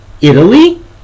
Italy